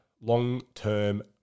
long-term